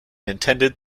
intended